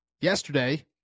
Yesterday